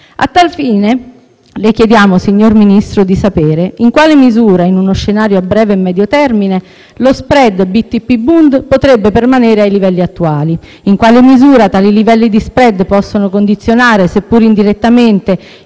A tal fine, le chiediamo, signor Ministro, di sapere in quale misura, in uno scenario a breve e medio termine, lo *spread* BTP-*bund* potrebbe permanere ai livelli attuali; in quale misura tali livelli di *spread* possono condizionare, seppur indirettamente,